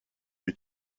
que